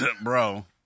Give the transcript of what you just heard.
Bro